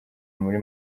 muri